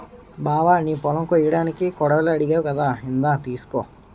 బావా నీ పొలం కొయ్యడానికి కొడవలి అడిగావ్ కదా ఇందా తీసుకో